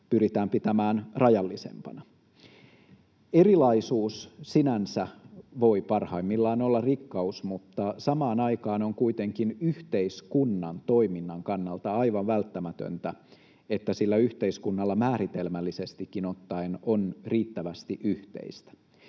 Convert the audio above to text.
pyritään pitämään rajallisempana. Erilaisuus sinänsä voi parhaimmillaan olla rikkaus, mutta samaan aikaan on kuitenkin yhteiskunnan toiminnan kannalta aivan välttämätöntä, että sillä yhteiskunnalla määritelmällisestikin ottaen on riittävästi yhteistä.